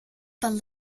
part